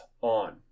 on